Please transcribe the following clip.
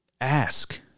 Ask